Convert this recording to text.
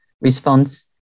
response